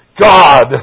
God